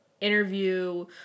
interview